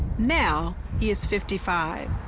now, he is fifty five.